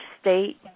state